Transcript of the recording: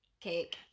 Cake